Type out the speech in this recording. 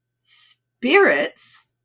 spirits